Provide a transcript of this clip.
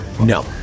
No